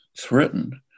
threatened